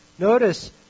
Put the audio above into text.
Notice